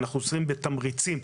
בתמריצים.